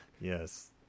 Yes